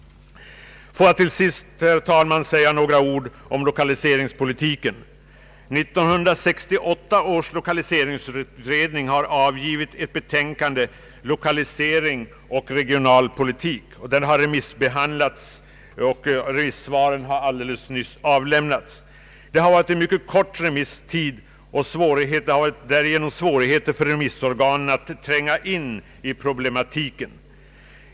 Låt mig nu, herr talman, säga några ord om lokaliseringspolitiken. 1968 års lokaliseringsutredning har avgivit ett betänkande ”Lokaliseringsoch regionalpolitik”. Det har remissbehandlats, och remissvaren har nyligen avlämnats. Det har varit en mycket kort remisstid och därigenom har svårigheter uppstått för remissorganen att tränga in i problematiken.